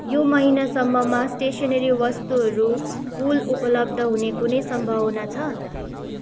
यो महिनासम्ममा स्टेसनरी वस्तुहरू फुल उपलब्ध हुने कुनै सम्भावना छ